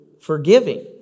forgiving